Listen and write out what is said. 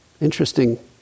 Interesting